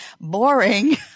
boring